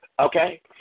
Okay